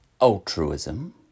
altruism